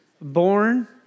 born